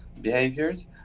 behaviors